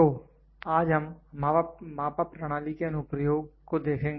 तो आज हम मापा प्रणाली के अनु प्रयोग को देखेंगे